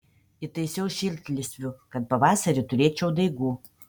įtaisiau šiltlysvių kad pavasarį turėčiau daigų